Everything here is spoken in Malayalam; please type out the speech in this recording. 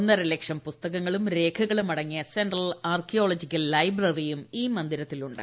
ഒന്നരലക്ഷം പുസ്തകങ്ങളും രേഖകളും അടങ്ങിയ സെൻട്രൽ ആർക്കിയോളജിക്കൽ ലൈബ്രറിയും ഈ മന്ദിരത്തിൽ ഉണ്ട്